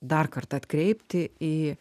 dar kartą atkreipti į